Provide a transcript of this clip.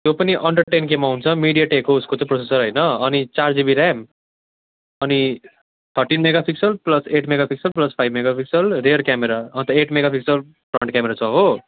त्यो पनि under ten केमा आउँछ मिडियाटेक हो उसको चाहिँ प्रोसेसर होइन अनि चार जिबी ऱ्याम अनि thirteen megapixel plus eight megapixel plus five megapixel rear camera and eight megapixel front camera छ हो